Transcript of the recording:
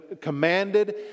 commanded